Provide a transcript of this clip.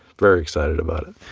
very excited about it.